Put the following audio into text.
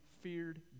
feared